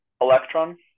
electron